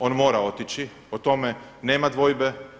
On mora otići o tome nema dvojbe.